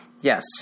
Yes